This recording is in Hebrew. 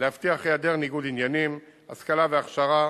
להבטיח היעדר ניגוד עניינים, השכלה והכשרה,